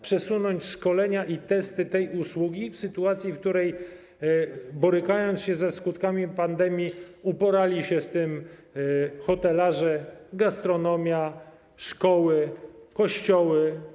Przesunąć szkolenia i testy dotyczące tej usługi w sytuacji, w której borykając się ze skutkami pandemii, uporali się z tym hotelarze, gastronomia, szkoły, kościoły?